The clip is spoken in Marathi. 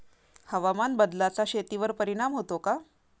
हवामान बदलाचा शेतीवर परिणाम होतो का?